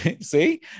See